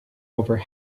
over